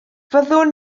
fyddwn